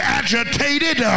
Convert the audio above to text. agitated